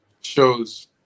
shows